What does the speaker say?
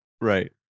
right